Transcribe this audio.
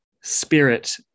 spirit